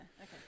okay